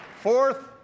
Fourth